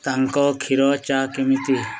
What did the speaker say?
ତାଙ୍କ କ୍ଷୀର ଚା' କେମିତି